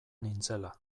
nintzela